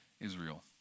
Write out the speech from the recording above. Israel